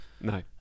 No